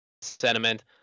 sentiment